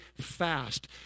fast